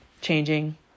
changing